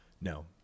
No